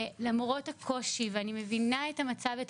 למרות הקושי ואני מבינה את המצב ואת